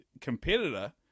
competitor